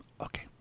okay